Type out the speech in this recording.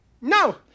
No